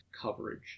coverage